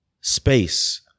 space